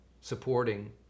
supporting